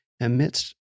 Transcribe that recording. amidst